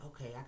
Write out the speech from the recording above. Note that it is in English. okay